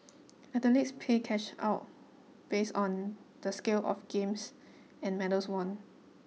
athletes pay cash out based on the scale of games and medals won